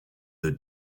the